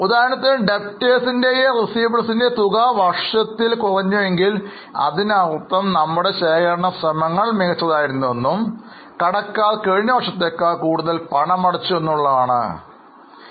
ഉദാഹരണത്തിന് Debtors യോ Receivables ൻറെയോ തുക വർഷത്തിൽ കുറഞ്ഞു എങ്കിൽ അതിനർത്ഥം നമ്മളുടെ ശേഖരണ ശ്രമങ്ങൾ മികച്ചതായിരുന്നുവെന്നും കടക്കാർ കഴിഞ്ഞ വർഷത്തേക്കാൾ കൂടുതൽ പണമടച്ചു എന്നുള്ളതാണ് അർത്ഥം